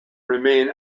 remain